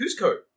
Cusco